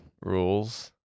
Rules